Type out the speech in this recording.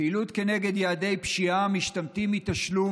פעילות נגד יעדי פשיעה המשתמטים מתשלום